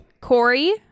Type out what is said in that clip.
Corey